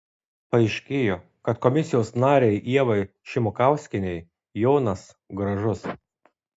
paaiškėjo kad komisijos narei ieva šimukauskienei jonas gražus